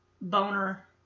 Boner